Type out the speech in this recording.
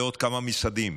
ועוד כמה משרדים,